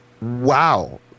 wow